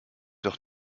doch